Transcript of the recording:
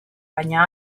baina